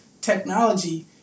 technology